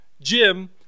Jim